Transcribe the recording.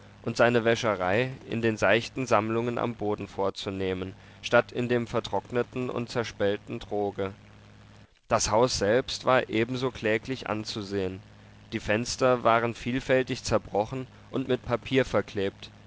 und seine wäscherei in den seichten sammlungen am boden vorzunehmen statt in dem vertrockneten und zerspellten troge das haus selbst war ebenso kläglich anzusehen die fenster waren vielfältig zerbrochen und mit papier verklebt